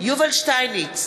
יובל שטייניץ,